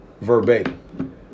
verbatim